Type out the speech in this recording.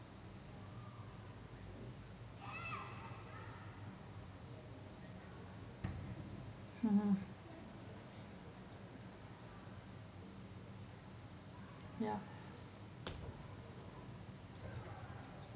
mmhmm ya